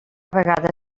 vegada